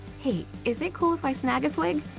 hey, is it cool if i snag a swig?